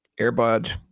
Airbud